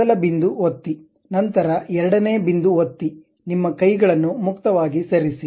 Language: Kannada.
ಮೊದಲ ಬಿಂದು ಒತ್ತಿ ನಂತರ ಎರಡನೇ ಬಿಂದು ಒತ್ತಿ ನಿಮ್ಮ ಕೈಗಳನ್ನು ಮುಕ್ತವಾಗಿ ಸರಿಸಿ